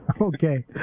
Okay